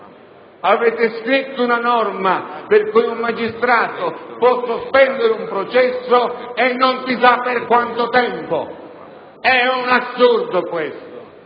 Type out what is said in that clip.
avete scritto una norma per cui un magistrato può sospendere un processo e non si sa per quanto tempo. È un assurdo questo,